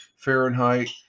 Fahrenheit